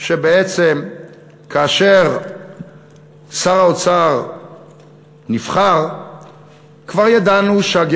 כך שבעצם כאשר שר האוצר נבחר כבר ידענו שהיקף